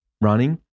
running